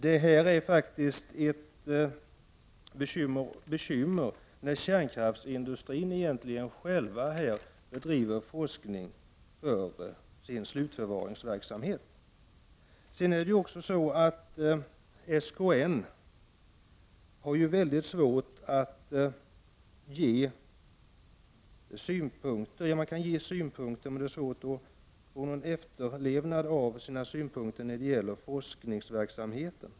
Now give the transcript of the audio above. Det är ett bekymmer när kärnkraftsindustrin egentligen själv bedriver forskning för sin slutförvaringsverksamhet. Sedan är det också så att SKN har svårt att åstadkomma efterlevnad av sina synpunkter på forskningsverksamheten.